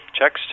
checks